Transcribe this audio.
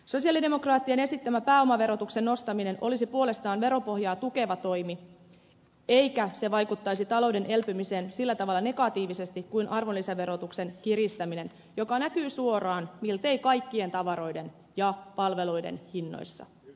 sosialidemokraattien esittämä pääomaverotuksen nostaminen olisi puolestaan veropohjaa tukeva toimi eikä vaikuttaisi talouden elpymiseen sillä tavalla negatiivisesti kuin arvonlisäverotuksen kiristäminen joka näkyy suoraan miltei kaikkien tavaroiden ja palveluiden hinnoissa